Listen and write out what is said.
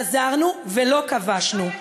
חזרנו ולא כבשנו,